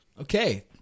Okay